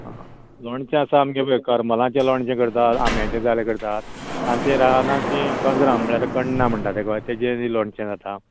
लोणचें आसा आमगें पळय करमलांचें लोणचें करतात आंब्याचें जाय जाल्यार करता आनी तें रानांत ती कजरां म्हणळ्यार कण्णां म्हणटा तेका तेजेंय बी लोणचें जाता